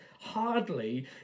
hardly